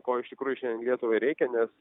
ko iš tikrųjų šiandien lietuvai reikia nes